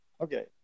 Okay